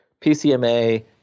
pcma